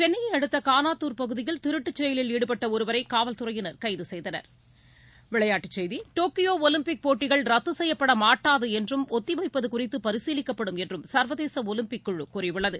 சென்னையை அடுத்த கானாத்தூர் பகுதியில் திருட்டுச் செயலில் ஈடுபட்ட ஒருவரை காவல்துறையினர் கைது செய்தனர் விளையாட்டுச் செய்திகள் டோக்கியோ ஒலிம்பிக் போட்டிகள் ரத்து செய்யப்படமாட்டாது என்றும் ஒத்திவைப்பது குறித்து பரிசீலிக்கப்படும் என்று சர்வதேச ஒலிம்பிக் குழு கூறியுள்ளது